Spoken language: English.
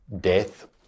death